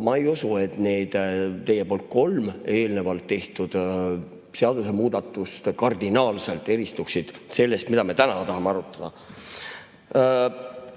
ma ei usu, et need teie kolm eelnevalt tehtud seadusemuudatust kardinaalselt eristuksid sellest, mida me täna tahame arutada.